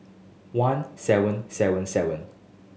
one seven seven seven